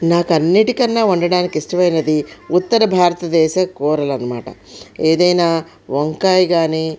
నాకు అన్నింటికన్నా వండటానికి ఇష్టమైనది ఉత్తర భారతదేశ కూరలన్నమాట ఏదైనా వంకాయ కానీ